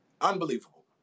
unbelievable